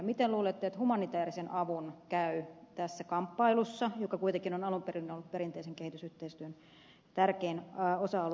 miten luulette että humanitäärisen avun käy tässä kamppailussa joka kuitenkin on alun perin ollut perinteisen kehitysyhteistyön tärkein osa alue